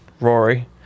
Rory